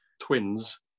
twins